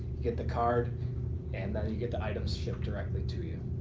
get the card and then you get the items shipped directly to you.